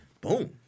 boom